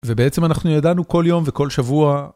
ובעצם אנחנו ידענו כל יום וכל שבוע